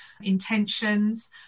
intentions